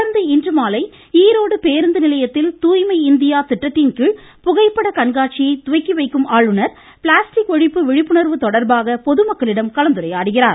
தொடர்ந்து இன்றுமாலை ஈரோடு பேருந்து நிலையத்தில் தூய்மை இந்தியா திட்டத்தின்கீழ் புகைப்பட கண்காட்சியை துவக்கிவைக்கும் அவர் ப்ளாஸ்டிக் ஒழிப்பு விழிப்புணர்வு தொடர்பாக பொதுமக்களிடம் கலந்துரையாடுகிறார்